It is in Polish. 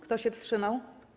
Kto się wstrzymał?